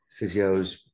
physios